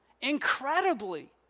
incredibly